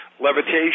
levitation